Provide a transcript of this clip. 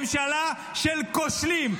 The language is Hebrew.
ממשלה של כושלים.